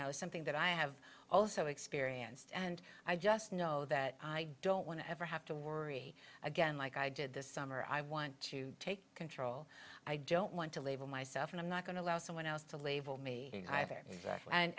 now is something that i have also experienced and i just know that i don't want to ever have to worry again like i did this summer i want to take control i don't want to label myself and i'm not going to allow someone else to label me either and